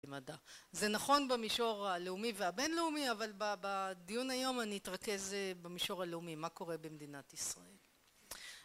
זה נכון במישור הלאומי והבינלאומי אבל בדיון היום אני אתרכז במישור הלאומי מה קורה במדינת ישראל